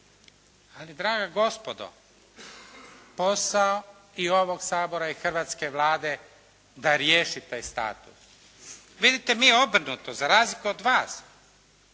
Ali draga gospodo, posao i ovog Sabora i hrvatske Vlade da riješi taj status. Vidite, mi obrnuto, za razliku od vas,